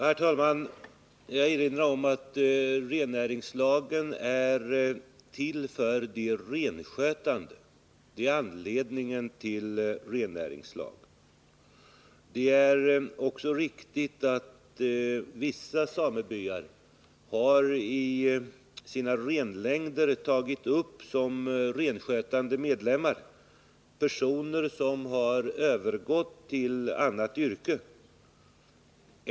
Herr talman! Jag vill erinra om att rennäringslagen är till för de renskötande. Det är omsorgen om dem som är anledningen till rennäringslagen. Det är också riktigt att vissa samebyar i sina renlängder som renskötande medlemmar har tagit upp även personer som har övergått till annat yrke.